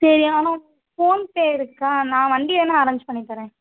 சரி ஆனால் ஃபோன்பே இருக்கா நான் வண்டி வேணால் அரேஞ்ச் பண்ணி தரேன்